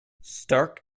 stark